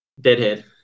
Deadhead